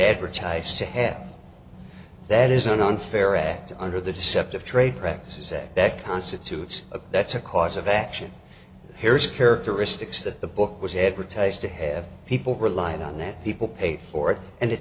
advertised to have that is an unfair act under the deceptive trade practices act that constitutes a that's a cause of action here's characteristics that the book was advertised to have people relied on that people paid for it and it